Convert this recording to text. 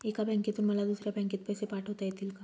एका बँकेतून मला दुसऱ्या बँकेत पैसे पाठवता येतील का?